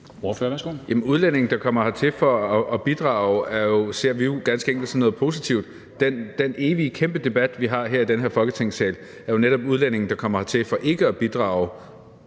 udlændinge, der kommer hertil for at bidrage, ser vi jo ganske enkelt som noget positivt. Den evige kæmpe debat, vi har her i den her Folketingssal, handler jo netop om udlændinge, der kommer hertil for ikke at bidrage